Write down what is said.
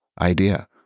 idea